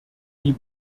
die